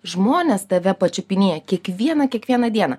žmonės tave pačiupinėja kiekvieną kiekvieną dieną